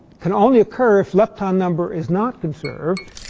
can only occur if lepton number is not conserved.